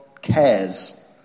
cares